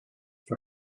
for